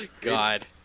god